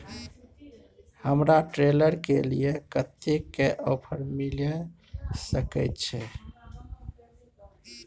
हमरा ट्रेलर के लिए पर कतेक के ऑफर मिलय सके छै?